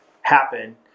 happen